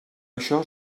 això